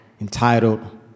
entitled